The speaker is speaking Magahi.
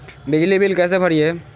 बिजली बिल कैसे भरिए?